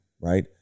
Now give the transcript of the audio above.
right